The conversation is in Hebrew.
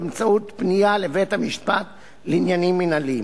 באמצעות פנייה לבית-המשפט לעניינים מינהליים.